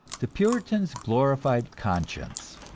the puritans glorified conscience,